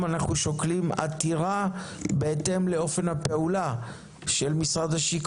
דיון משותף של ועדת הצעירים והוועדה המיוחדת לחיזוק